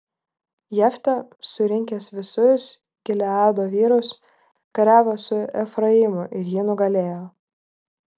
jeftė surinkęs visus gileado vyrus kariavo su efraimu ir jį nugalėjo